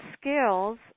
skills